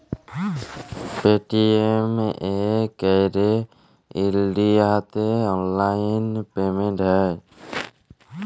Paytm এ ক্যইরে ইলডিয়াতে অললাইল পেমেল্ট হ্যয়